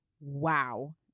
wow